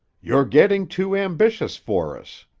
you're getting too ambitious for us.